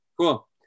cool